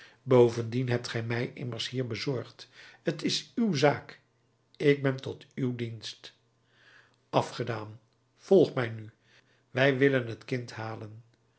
bovendien hebt gij mij immers hier bezorgd t is uw zaak ik ben tot uw dienst afgedaan volg mij nu wij willen het kind halen